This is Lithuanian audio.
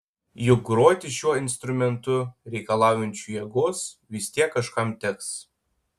juk groti šiuo instrumentu reikalaujančiu jėgos vis tiek kažkam teks